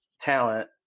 talent